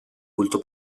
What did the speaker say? culto